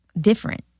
different